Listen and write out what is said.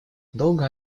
долго